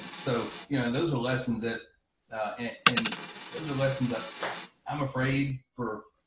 so you know, and those are lessons that and those are lessons that i'm afraid for,